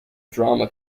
drama